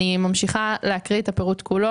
אני ממשיכה לקרוא את הפירוט כולו,